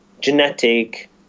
genetic